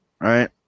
right